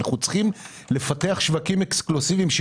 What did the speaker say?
אנחנו צריכים לפתח שווקים אקסקלוסיביים.